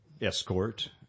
escort